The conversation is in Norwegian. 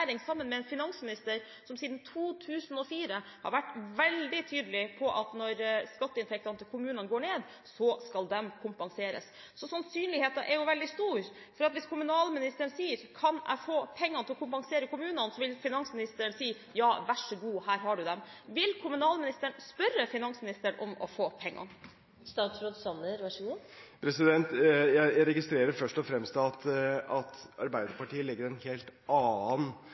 med en finansminister som siden 2004 har vært veldig tydelig på at når skatteinntektene til kommunene går ned, skal de kompenseres. Sannsynligheten er veldig stor for at finansministeren, hvis kommunalministeren sier: Kan jeg få penger til å gi kommunene kompensasjon?, vil si: Ja, vær så god, her har du dem. Vil kommunalministeren spørre finansministeren om å få pengene? Jeg registrerer først og fremst at Arbeiderpartiet legger en helt annen